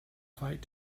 fight